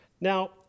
Now